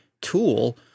tool